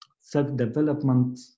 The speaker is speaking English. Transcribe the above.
self-development